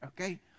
Okay